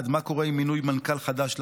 מה קורה עם מינוי מנכ"ל חדש לרלב"ד?